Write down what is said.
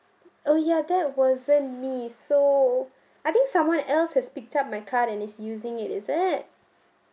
oh ya that wasn't me so I think someone else has picked up my card and he's using it is it